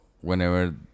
whenever